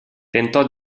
tentò